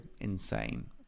insane